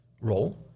role